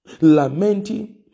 lamenting